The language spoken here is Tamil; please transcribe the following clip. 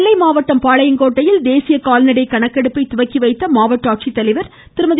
நெல்லை மாவட்டம் பாளையங்கோட்டையில் தேசிய கால்நடை கணக்கெடுப்பை தொடங்கி வைத்த மாவட்ட ஆட்சித்தலைவர் திருமதி